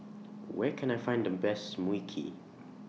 Where Can I Find The Best Mui Kee